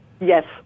Yes